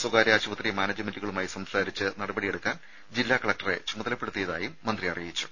സ്വകാര്യ ആശുപത്രി മാനേജ്മെന്റുകളുമായി സംസാരിച്ച് നടപടികൾ സ്വീകരിക്കാൻ ജില്ലാ കലക്ടറെ ചുമതലപ്പെടുത്തിയതായും മന്ത്രി അറിയിച്ചു